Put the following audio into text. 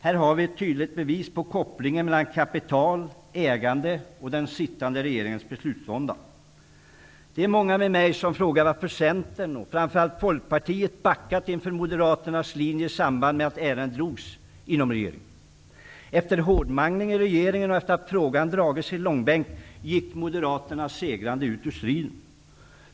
Här har vi ett tydligt bevis på kopplingen mellan kapital, ägande och den sittande regeringens beslutsvånda. Det är många med mig som frågar sig varför Centern och framför allt Folkpartiet backat inför Moderaternas linje i samband med att ärendet föredrogs i regeringen. Efter hårdmangling i regeringen och efter det att frågan dragits i långbänk gick Moderaterna segrande ut ur striden.